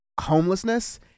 homelessness